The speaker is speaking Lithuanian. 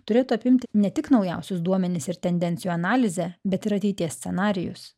turėtų apimti ne tik naujausius duomenis ir tendencijų analizę bet ir ateities scenarijus